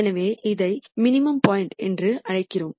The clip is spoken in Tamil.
எனவே இதை மினிமம் பாயிண்ட் என்று அழைக்கிறோம்